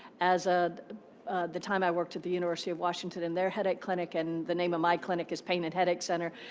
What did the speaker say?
as ah the time i worked at the university of washington in their headache clinic and the name of my clinic is pain and headache center.